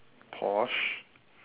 porsche